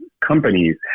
companies